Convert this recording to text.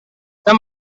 some